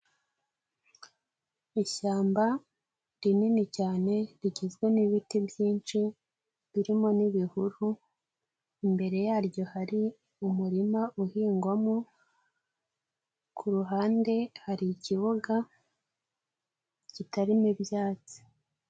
Ishyamba rinini cyane rigizwe n'ibiti byinshi birimo n'ibihuru, imbere yaryo hari umurima uhingwamo, ku ruhande hari ikibuga kitarimo ibyatsi.